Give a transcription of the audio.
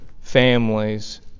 families